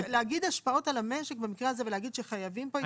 להגיד השפעות על המשק במקרה הזה ולהגיד שחייבים פה התייעצות.